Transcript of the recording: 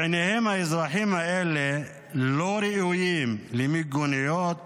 בעיניהם, האזרחים האלה לא ראויים למיגוניות